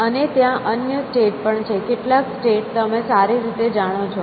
અને ત્યાં અન્ય સ્ટેટ પણ છે કેટલાક સ્ટેટ તમે સારી રીતે જાણો છો